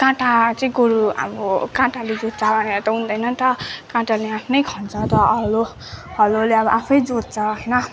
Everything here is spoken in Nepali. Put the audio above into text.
काँटा चाहिँ गोरु अब काँटाले जोत्छ भनेर त हुँदैन नि त काँटाले आफ्नै खन्छ त हेलो हेलोले आफै जोत्छ हैन